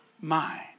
mind